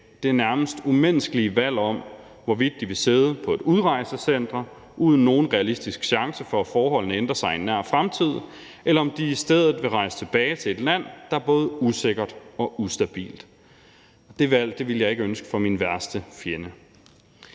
med det nærmest umenneskelige valg om, hvorvidt de vil sidde på et udrejsecenter uden nogen realistisk chance for, at forholdene ændrer sig i en nær fremtid, eller om de i stedet vil rejse tilbage til et land, der både er usikkert og ustabilt. Det valg ville jeg ikke ønske for min værste fjende.